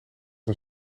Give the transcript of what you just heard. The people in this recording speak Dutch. een